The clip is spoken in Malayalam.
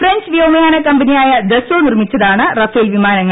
ഫ്രഞ്ച് വ്യോമയാന കമ്പനിയായ ദസ്സോ നിർമ്മിച്ചതാണ് റാഫേൽ വിമാനങ്ങൾ